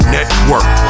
Network